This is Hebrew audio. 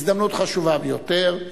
הזדמנות חשובה ביותר,